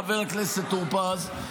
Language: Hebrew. חבר הכנסת טור פז,